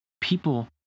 people